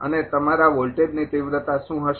અને તમારા વોલ્ટેજની તિવ્રતા શું હશે